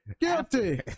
Guilty